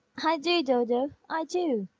i do, dodo, i do!